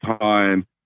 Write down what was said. time